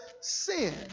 sin